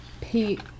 Pete